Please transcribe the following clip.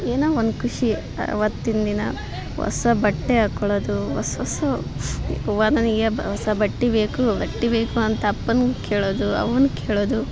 ಏನೋ ಒಂದು ಖುಷಿ ಅವತ್ತಿನ ದಿನ ಹೊಸ ಬಟ್ಟೆ ಹಾಕೊಳ್ಳೋದು ಹೊಸ ಹೊಸ ಅವ್ವ ನನಗೆ ಹೊಸ ಬಟ್ಟೆ ಬೇಕು ಬಟ್ಟೆ ಬೇಕು ಅಂತ ಅಪ್ಪನ ಕೇಳೋದು ಅವ್ವನ ಕೇಳೋದು